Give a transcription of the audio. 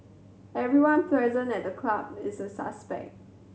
everyone present at the club is a suspect